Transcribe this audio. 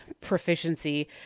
proficiency